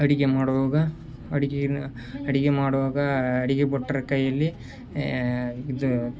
ಅಡುಗೆ ಮಾಡುವಾಗ ಅಡುಗೇನ ಅಡುಗೆ ಮಾಡುವಾಗ ಅಡುಗೆ ಭಟ್ಟರ ಕೈಯಲ್ಲಿ ಇದು